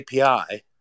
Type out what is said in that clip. API